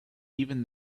even